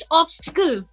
obstacle